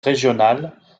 régionale